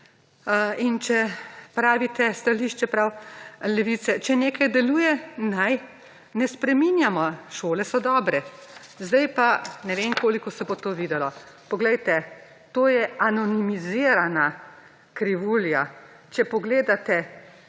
In če pravite, stališče Levice pravi, če nekaj deluje, naj ne spreminjamo, šole so dobre. Zdaj pa ne vem, koliko se bo to videlo, poglejte, to je anonimizirana krivulja. Če pogledate,